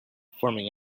forming